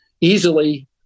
easily